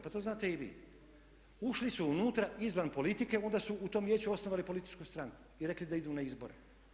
Pa to znate i vi, ušli su unutra izvan politike i onda su u tom vijeću osnovali političku stranku i rekli da idu na izbore.